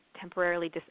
temporarily